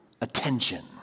attention